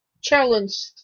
challenged